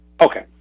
Okay